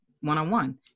one-on-one